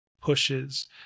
pushes